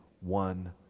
one